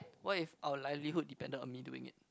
what if our livelihood dependent on me doing it